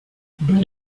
will